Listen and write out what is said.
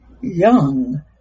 young